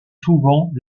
souvent